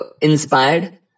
inspired